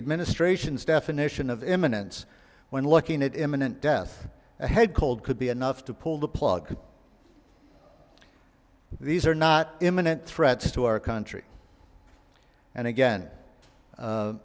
administration's definition of imminence when looking at imminent death a head cold could be enough to pull the plug these are not imminent threats to our country and again